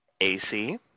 AC